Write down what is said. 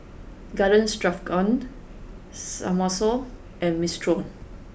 Garden Stroganoff Samosa and Minestrone